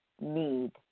need